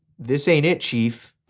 this ain't it, chief,